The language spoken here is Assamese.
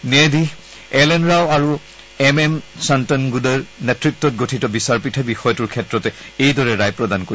ন্যায়াধীশ এল এন ৰাও আৰু এম এম ছান্তানগুদাৰ নেতৃতত গঠিত বিচাৰপীঠে বিষয়টোৰ ক্ষেত্ৰত এইদৰে ৰায় প্ৰদান কৰে